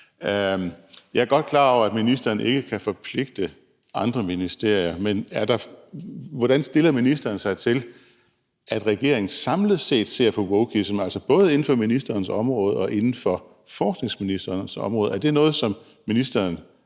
Jeg er godt klar over, at ministeren ikke kan forpligte andre ministerier, men hvordan stiller ministeren sig, i forhold til hvordan regeringen samlet set ser på wokeism, altså både inden for ministerens område og inden for uddannelses- og forskningsministerens område? Er det noget, som ministeren